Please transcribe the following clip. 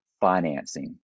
financing